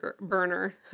burner